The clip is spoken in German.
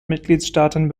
mitgliedstaaten